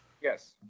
Yes